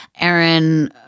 Aaron